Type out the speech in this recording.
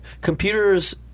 computers